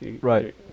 Right